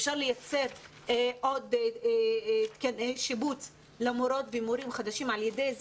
אפשר לייצר עוד תקני שיבוץ למורות ולמורים חדשים על ידי זה